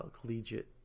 collegiate